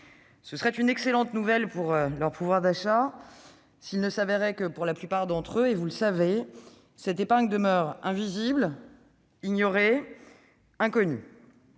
Ce serait une excellente nouvelle pour leur pouvoir d'achat s'il ne s'avérait que, pour la plupart d'entre eux, cette épargne demeure invisible, ignorée, inconnue.